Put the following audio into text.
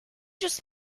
just